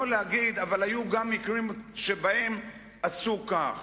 לא להגיד: אבל היו גם מקרים שבהם עשו כך.